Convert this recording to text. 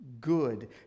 good